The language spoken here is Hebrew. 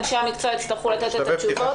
אנשי המקצוע יצטרכו לתת את התשובות.